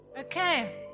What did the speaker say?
Okay